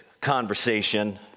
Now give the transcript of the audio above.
conversation